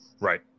Right